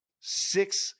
Six